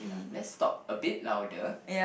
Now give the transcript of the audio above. let's talk a bit louder